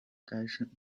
该省